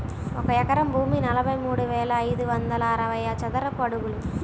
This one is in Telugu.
ఒక ఎకరం భూమి నలభై మూడు వేల ఐదు వందల అరవై చదరపు అడుగులు